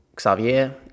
Xavier